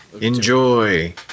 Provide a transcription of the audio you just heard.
enjoy